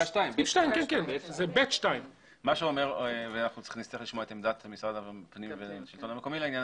ונצטרך לשמוע את עמדת משרד הפנים והשלטון המקומי בעניין